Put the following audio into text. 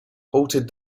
halted